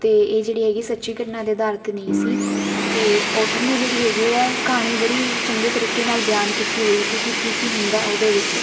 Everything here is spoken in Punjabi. ਅਤੇ ਇਹ ਜਿਹੜੀ ਹੈਗੀ ਸੱਚੀ ਘਟਨਾ ਦੇ ਅਧਾਰਿਤ ਨਹੀਂ ਸੀ ਅਤੇ ਔਥਰ ਨੇ ਜਿਹੜੀ ਹੈਗੀਹੈ ਕਹਾਣੀ ਬੜੀ ਚੰਗੇ ਤਰੀਕੇ ਨਾਲ ਬਿਆਨ ਕੀਤੀ ਹੋਈ ਸੀ ਕਿ ਕੀ ਕੀ ਹੁੰਦਾ ਉਹਦੇ ਵਿੱਚ